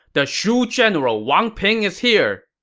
the shu general wang ping is here!